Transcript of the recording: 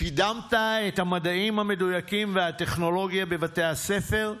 קידמת את המדעים המדויקים והטכנולוגיה בבתי הספר?